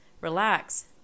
Relax